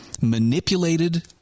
manipulated